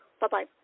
Bye-bye